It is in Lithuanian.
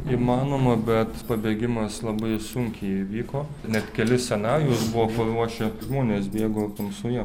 įmanoma bet pabėgimas labai sunkiai įvyko net kelis scenarijus buvo paruošę žmonės bėgo tamsoje